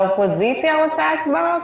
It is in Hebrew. האופוזיציה רוצה הצבעות?